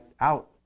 out